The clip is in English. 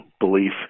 belief